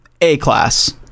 A-class